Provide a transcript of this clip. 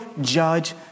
judge